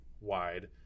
wide